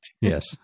Yes